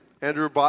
Andrew